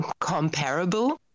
comparable